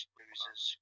losers